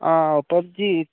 हां पबजी